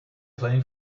playing